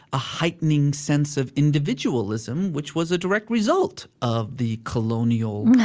a heightening sense of individualism, which was a direct result of the colonial,